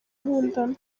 nkundana